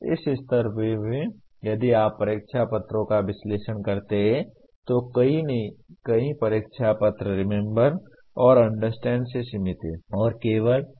इस स्तर पर भी यदि आप परीक्षा पत्रों का विश्लेषण करते हैं तो कई नहीं कई परीक्षा पत्र रिमेम्बर और अंडरस्टैंड में सीमित हैं